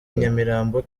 nyamirambo